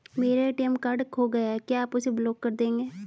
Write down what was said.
मेरा ATM card खो गया है क्या आप उसे ब्लॉक कर देंगे?